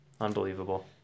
Unbelievable